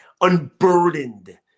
unburdened